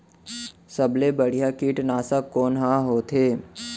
सबले बढ़िया कीटनाशक कोन ह होथे?